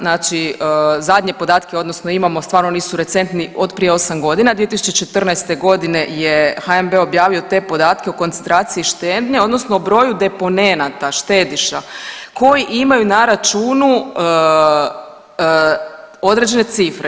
Znači zadnje podatke odnosno imamo stvarno nisu recentni od prije 8 godine, 2014. godine je HNB objavio te podatke o koncentraciji štednje odnosno o broju deponenata, štediša koji imaju na računu određene cifre.